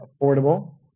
affordable